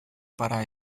para